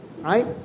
right